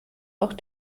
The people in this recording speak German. auch